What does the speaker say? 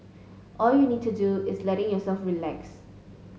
all you need to do is letting yourself relax